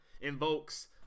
invokes